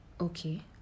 okay